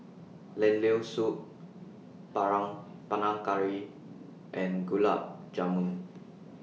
Lentil Soup Panang Panang Curry and Gulab Jamun